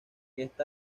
esta